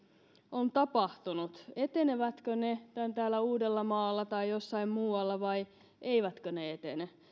on tapahtunut etenevätkö ne täällä uudellamaalla tai jossain muualla vai eivätkö ne etene